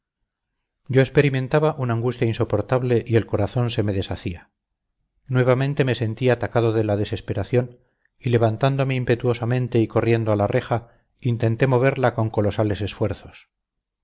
yo experimentaba una angustia insoportable y el corazón se me deshacía nuevamente me sentí atacado de la desesperación y levantándome impetuosamente y corriendo a la reja intenté moverla con colosales esfuerzos